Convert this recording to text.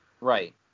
Right